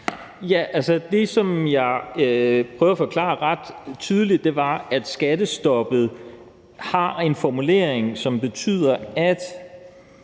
(V): Det, som jeg prøvede at forklare ret tydeligt, var, at skattestoppet har en formulering, som betyder, at